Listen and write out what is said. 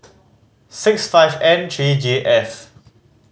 six five N three J F